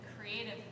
creative